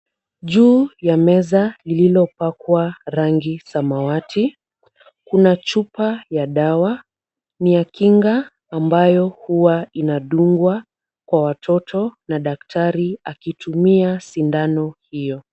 Juu ya meza lililopakwa rangi samawati, kuna chupa ya dawa ni ya kinga ambayo huwa inadungwa kwa watoto na daktari akitumia sindano hiyo.